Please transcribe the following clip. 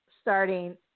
starting